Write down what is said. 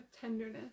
tenderness